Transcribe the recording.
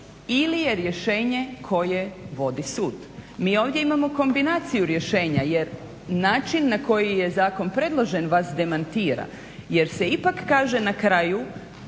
ili je rješenje koje vodi sud. Mi ovdje imamo kombinaciju rješenja jer način na koji je zakon predložen vas demantira jer se ipak kaže na kraju